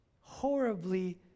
horribly